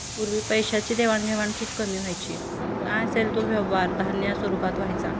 पूर्वी पैशाची देवाणघेवाण खूप कमी व्हायची काय असेल तो व्यवहार धान्य स्वरूपात व्हायचा